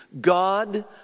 God